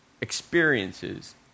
experiences